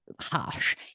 harsh